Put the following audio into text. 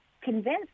convince